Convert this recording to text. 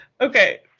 Okay